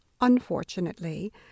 unfortunately